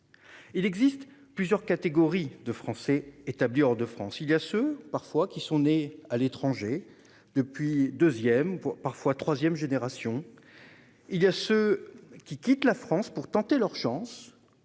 Il existe plusieurs catégories de Français établis hors de France. Il y a ceux qui sont nés à l'étranger, pour la deuxième, parfois la troisième génération. Il y a ceux qui quittent la France pour tenter leur chance,